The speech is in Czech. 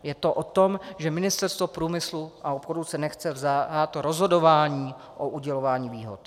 Je to o tom, že Ministerstvo průmyslu a obchodu se nechce vzdát rozhodování o udělování výhod.